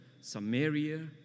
Samaria